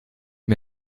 mir